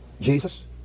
Jesus